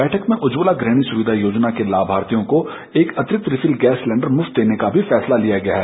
बैठक में उज्जवला गृहिणी सुविधा योजना के लाभार्थियों को एक अतिरिक्त रिफिल गैस सिलेंडर मुफ़्त देने का भी फैसला लिया गया है